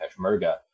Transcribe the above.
Peshmerga